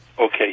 Okay